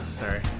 Sorry